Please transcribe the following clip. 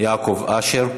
יעקב אשר.